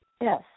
Yes